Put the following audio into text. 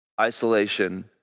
isolation